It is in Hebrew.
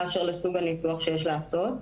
באשר לסוג הניתוח שיש לעשות.